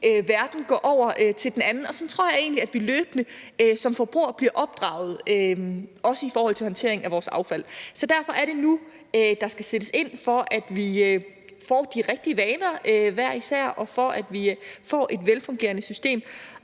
verden, gå over til den anden. Sådan tror jeg egentlig, at vi løbende som forbrugere bliver opdraget, også i forhold til håndtering af vores affald. Derfor er det nu, der skal sættes ind for, at vi får de rigtige vaner hver især og får et velfungerende system.